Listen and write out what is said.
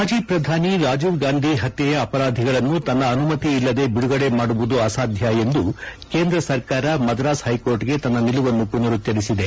ಮಾಜಿ ಪ್ರಧಾನಿ ರಾಜೀವ್ಗಾಂಧಿ ಪತ್ಕೆಯ ಅಪರಾಧಿಗಳನ್ನು ತನ್ನ ಅನುಮತಿ ಇಲ್ಲದೇ ಬಿಡುಗಡೆ ಮಾಡುವುದು ಅಸಾಧ್ಯ ಎಂದು ಕೇಂದ್ರ ಸರ್ಕಾರ ಮದರಾಸ್ ಹೈಕೋರ್ಟ್ಗೆ ತನ್ನ ನಿಲುವನ್ನು ಮನರುಜ್ವರಿಸಿದೆ